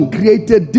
created